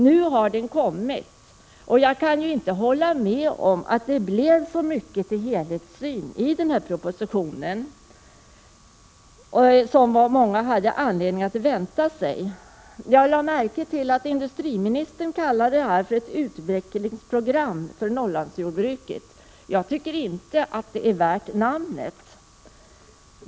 Nu har propositionen kommit, och jag kan inte hålla med om att det blev så mycket till helhetssyn som man hade anledning att vänta sig. Jag lade märke till att industriministern kallade det ett utvecklingsprogram för Norrlandsjordbruket. Jag tycker inte att det är värt namnet.